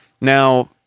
Now